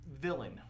villain